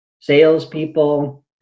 salespeople